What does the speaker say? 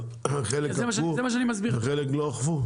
לחלק אכפו ולחלק לא אכפו?